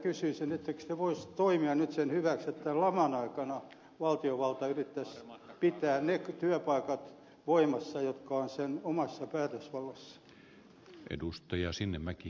ettekö te voisi toimia nyt sen hyväksi että tämän laman aikana valtiovalta yrittäisi pitää ne työpaikat voimassa jotka ovat sen omassa päätösvallassa